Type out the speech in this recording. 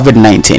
COVID-19